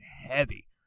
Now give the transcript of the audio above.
heavy